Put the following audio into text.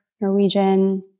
Norwegian